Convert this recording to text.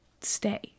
stay